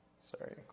Sorry